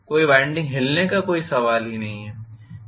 कोई वाइंडिंग हिलने का सवाल ही नहीं है